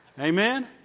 Amen